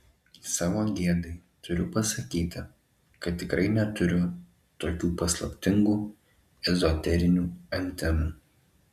savo gėdai turiu pasakyti kad tikrai neturiu tokių paslaptingų ezoterinių antenų